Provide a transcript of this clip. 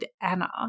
Anna